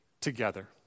together